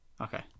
Okay